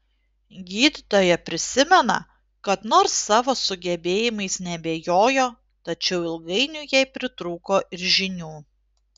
gydytoja prisimena kad nors savo sugebėjimais neabejojo tačiau ilgainiui jai pritrūko ir žinių